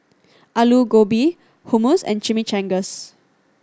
Alu Gobi Hummus and Chimichangas